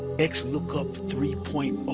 xlookup three point ah